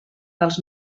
dels